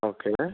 okay